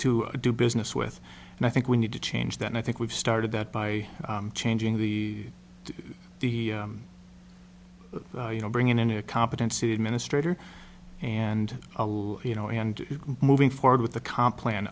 to do business with and i think we need to change that and i think we've started that by changing the the you know bring in a new competency administrator and a little you know and moving forward with the comp lan